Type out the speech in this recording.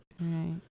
Right